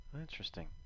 Interesting